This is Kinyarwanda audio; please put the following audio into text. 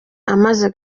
amaze